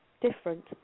different